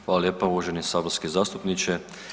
Hvala lijepo uvaženi saborski zastupniče.